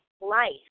life